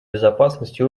безопасности